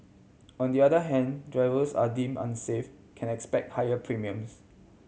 on the other hand drivers are deem unsafe can expect higher premiums